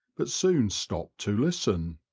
but soon stop to listen.